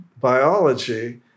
biology